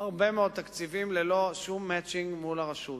הרבה מאוד תקציבים ללא שום "מצ'ינג" מול הרשות.